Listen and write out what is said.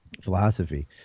philosophy